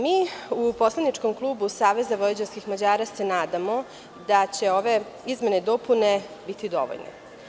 Mi u poslaničkom klubu Saveza vojvođanskih Mađara se nadamo da će ove izmene i dopune biti dovoljne.